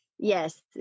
Yes